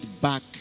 back